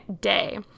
day